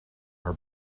her